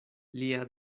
lia